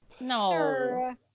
No